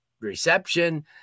reception